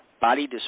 body